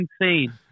insane